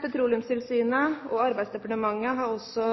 Petroleumstilsynet og Arbeidsdepartementet har også